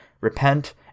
repent